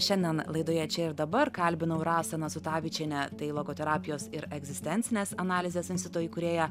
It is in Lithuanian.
šiandien laidoje čia ir dabar kalbinau rasą nasutavičienę tai logoterapijos ir egzistencinės analizės instituto įkūrėją